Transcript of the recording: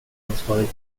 ansvarig